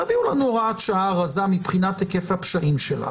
תביאו לנו הוראת שעה רזה מבחינת היקף הפשעים שלה,